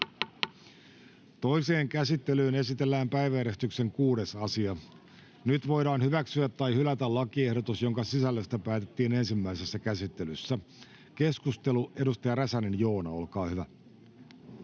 Toiseen käsittelyyn esitellään päiväjärjestyksen 6. asia. Nyt voidaan hyväksyä tai hylätä lakiehdotus, jonka sisällöstä päätettiin ensimmäisessä käsittelyssä. — Keskustelu, edustaja Räsänen, Joona, olkaa hyvä.